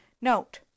Note